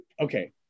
okay